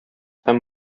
һәм